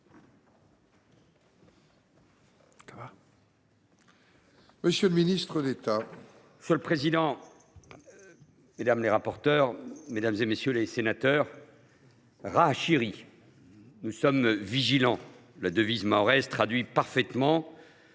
M. le ministre d’État. Monsieur le président, mesdames les rapporteurs, mesdames, messieurs les sénateurs,, nous sommes vigilants ! La devise mahoraise traduit parfaitement